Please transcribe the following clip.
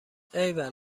ایول